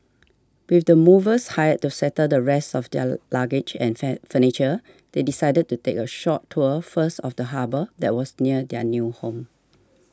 with the movers hired to settle the rest of their luggage and furniture they decided to take a short tour first of the harbour that was near their new home